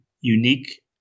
unique